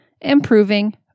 improving